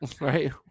right